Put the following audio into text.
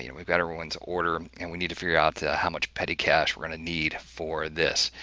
you know we've got everyone's order, and we need to figure out how much petty cash we're going to need for this.